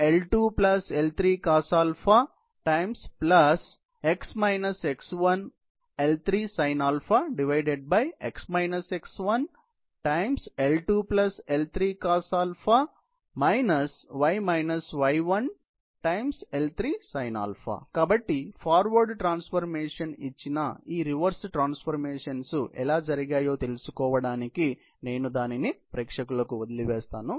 Tan L2L3cosL2L3cos కాబట్టి forward transformation ఇచ్చిన ఈ రివర్స్ ట్రాన్స్ఫర్మేషన్స్ ఎలా జరిగాయో తెలుసుకోవడానికి నేను దానిని ప్రేక్షకులకు వదిలివేస్తాను